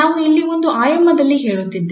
ನಾವು ಇಲ್ಲಿ ಒಂದು ಆಯಾಮದಲ್ಲಿ ಹೇಳುತ್ತಿದ್ದೇವೆ